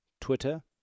Twitter